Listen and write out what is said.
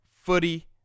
footy